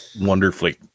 wonderfully